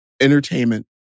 entertainment